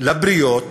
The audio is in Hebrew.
לבריות